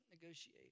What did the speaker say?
negotiate